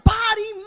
body